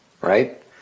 right